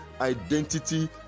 identity